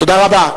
תודה רבה.